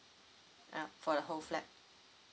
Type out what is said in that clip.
ah for the whole flat